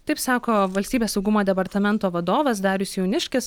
taip sako valstybės saugumo departamento vadovas darius jauniškis